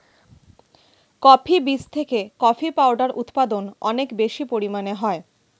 coffee বীজ থেকে coffee powder উৎপাদন অনেক বেশি পরিমাণে হয়